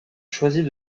choisit